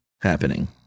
happening